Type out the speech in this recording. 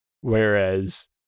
Whereas